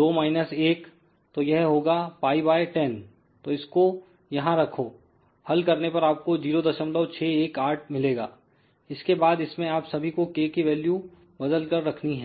2 minus 1 तो यह होगा पाईबाय 10 तो इसको यहां रखो हल करने पर आपको 0618 मिलेगा इसके बाद इसमें आप सभी को k की वैल्यू बदल कर रखनी है